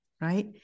right